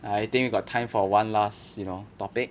I think got time for one last you know topic